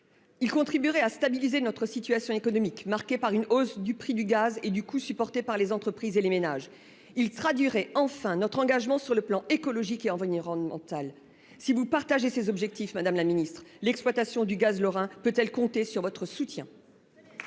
Il contribuerait à stabiliser notre situation économique, marquée par une hausse du prix du gaz et du coup supporté par les entreprises et les ménages. Il sera durée enfin notre engagement sur le plan écologique et envoyé rendent mental si vous partagez ses objectifs Madame la Ministre l'exploitation du gaz lorrain peut-elle compter sur votre soutien.